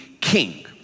king